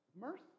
Mercy